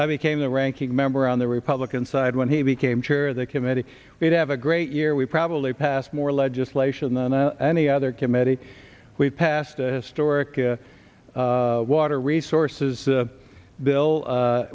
i became the ranking member on the republican side when he became chair of the committee we'd have a great year we probably passed more legislation than any other committee we passed a historic water resources bill